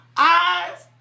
eyes